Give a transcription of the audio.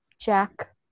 Jack